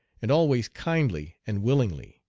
and always kindly and willingly.